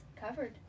covered